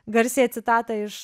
garsiąją citatą iš